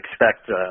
expect